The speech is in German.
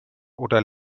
oder